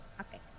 Okay